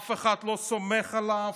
אף אחד לא סומך עליו,